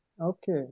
Okay